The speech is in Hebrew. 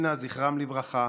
לברכה,